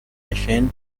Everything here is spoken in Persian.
خشن